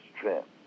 strength